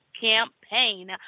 campaign